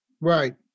Right